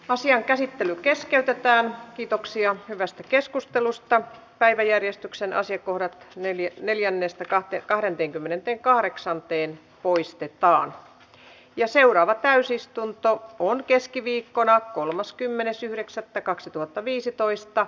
asian käsittely keskeytetään kiitoksia hyvästä keskustelusta päiväjärjestyksen ase kourat neliöt neljännestä kate kahdenteenkymmenenteen kahdeksanteen keskustelu ja seuraava täysistunto on keskiviikkona kolmaskymmenes yhdeksättä kaksituhattaviisitoista